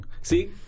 See